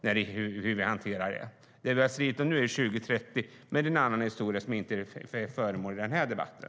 Det vi har stridit om nu handlar om 2030, men det är en annan fråga som inte är föremål för den här debatten.